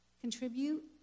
contribute